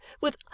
with